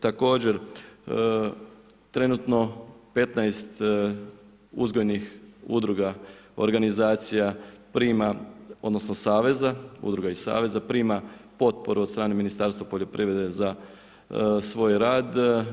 Također trenutno 15 uzgojnih udruga, organizacija, prima, odnosno, udruga i saveza, prima potporu od strane Ministarstva poljoprivrede, za svoj rad.